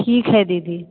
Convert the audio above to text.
ठीक है दीदी